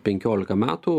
penkiolika metų